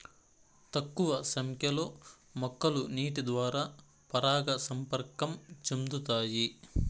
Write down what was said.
తక్కువ సంఖ్య లో మొక్కలు నీటి ద్వారా పరాగ సంపర్కం చెందుతాయి